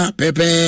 pepe